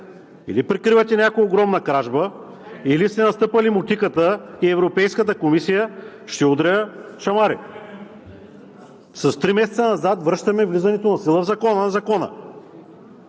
или прикривате някаква огромна кражба, или сте настъпили мотиката и Европейската комисия ще удря шамари. С три месеца назад връщаме влизането в сила на Закона.